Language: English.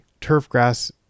turfgrass